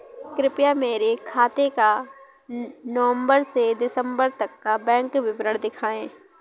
कृपया मेरे खाते का नवम्बर से दिसम्बर तक का बैंक विवरण दिखाएं?